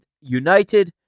United